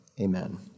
Amen